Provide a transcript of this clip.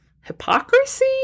hypocrisy